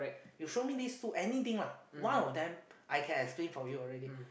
you show me these two anything lah one of them I can explain for you already